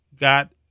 got